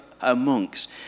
amongst